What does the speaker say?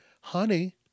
honey